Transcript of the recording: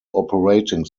operating